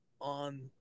on